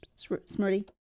Smurdy